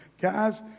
guys